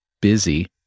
busy